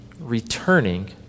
returning